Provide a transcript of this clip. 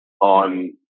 on